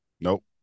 nope